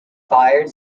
fired